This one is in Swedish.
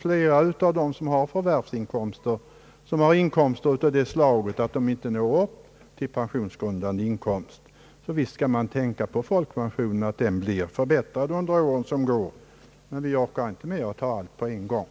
Många har också förvärvsinkomster av sådant slag att de inte kan betraktas som pensionsgrundande. Vi bör därför tänka på att folkpensionen förbättras under de år som kommer, men vi orkar inte med att ta allt på en gång.